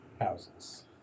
houses